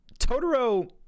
Totoro